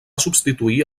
substituir